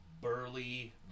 Burly